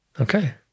Okay